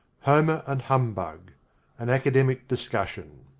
homer and humbug an academic discussion